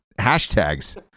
hashtags